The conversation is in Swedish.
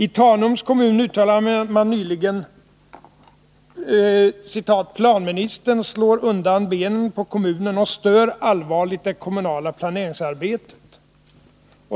I Tanums kommun uttalade man nyligen: ”Planministern slår undan benen på kommunen och stör allvarligt det kommunala planeringsarbetet.”